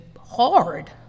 hard